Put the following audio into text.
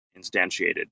instantiated